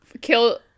Kill